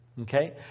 Okay